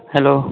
hello